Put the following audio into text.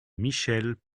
michel